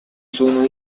sono